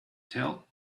tell